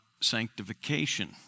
sanctification